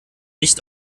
nicht